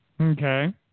Okay